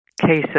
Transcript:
cases